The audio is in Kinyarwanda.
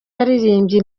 yaririmbye